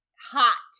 hot